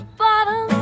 bottom